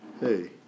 Hey